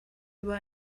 über